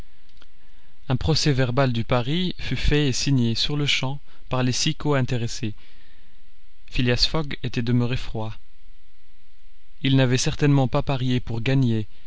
un procès-verbal du pari fut fait et signé sur-le-champ par les six co intéressés phileas fogg était demeuré froid il n'avait certainement pas parié pour gagner